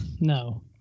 No